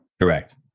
Correct